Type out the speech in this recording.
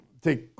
take